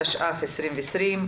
התש"ף-2020,